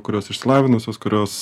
kurios išsilavinusios kurios